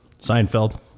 Seinfeld